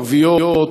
ערביות,